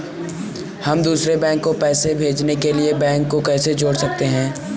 हम दूसरे बैंक को पैसे भेजने के लिए बैंक को कैसे जोड़ सकते हैं?